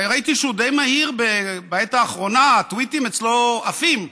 ראיתי שהוא די מהיר: בעת האחרונה הטוויטים אצלו עפים.